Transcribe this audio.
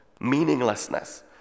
meaninglessness